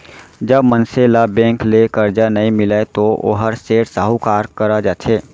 जब मनसे ल बेंक ले करजा नइ मिलय तो वोहर सेठ, साहूकार करा जाथे